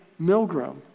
Milgram